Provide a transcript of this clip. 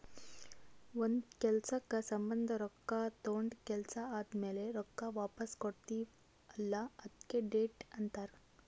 ಒಂದ್ ಕೆಲ್ಸಕ್ ಸಂಭಂದ ರೊಕ್ಕಾ ತೊಂಡ ಕೆಲ್ಸಾ ಆದಮ್ಯಾಲ ರೊಕ್ಕಾ ವಾಪಸ್ ಕೊಡ್ತೀವ್ ಅಲ್ಲಾ ಅದ್ಕೆ ಡೆಟ್ ಅಂತಾರ್